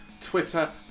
twitter